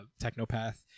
technopath